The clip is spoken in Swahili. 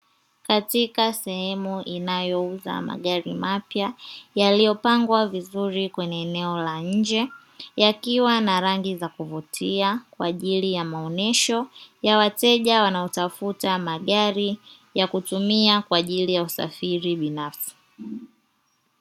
Katika sehemu inayouza magari mapya yaliyopangwa vizuri kwenye eneo la nje, yakiwa na rangi za kuvutia kwa ajili ya maonesho ya wateja wanaotafuta magari ya kutumia kwa ajili ya usafiri binafsi.